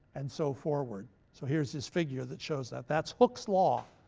and so forward. so here's his figure that shows that. that's hooke's law,